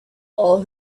all